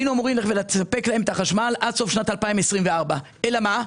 היינו אמורים לספק להם את החשמל עד סוף שנת 2024. אלא מה?